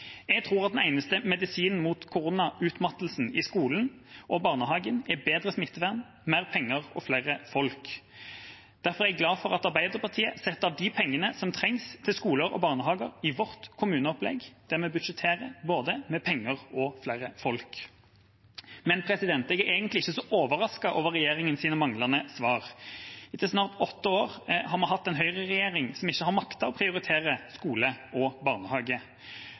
Jeg tror den eneste medisinen mot koronautmattelsen i skolen og barnehagen er bedre smittevern, mer penger og flere folk. Derfor er jeg glad for at vi i Arbeiderpartiet setter av de pengene som trengs til skoler og barnehager i vårt kommuneopplegg, der vi budsjetterer både med penger og flere folk. Men jeg er egentlig ikke så overrasket over regjeringas manglende svar. I snart åtte år har vi hatt en høyreregjering som ikke har maktet å prioritere skole og barnehage.